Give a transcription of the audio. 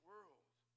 world